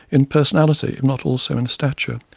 in personality if not also in stature.